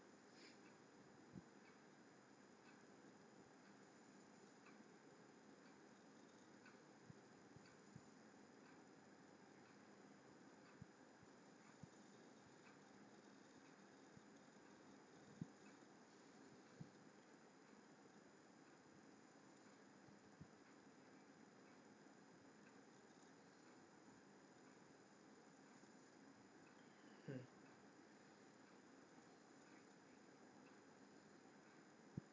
mm